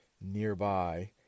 nearby